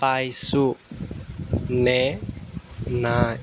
পাইছো নে নাই